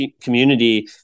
community